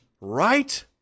right